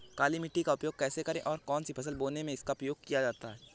काली मिट्टी का उपयोग कैसे करें और कौन सी फसल बोने में इसका उपयोग किया जाता है?